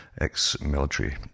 ex-military